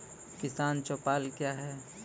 किसान चौपाल क्या हैं?